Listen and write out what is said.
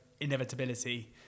inevitability